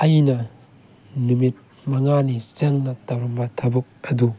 ꯑꯩꯅ ꯅꯨꯃꯤꯠ ꯃꯉꯥꯅꯤ ꯆꯪꯅ ꯇꯧꯔꯝꯕ ꯊꯕꯛ ꯑꯗꯨ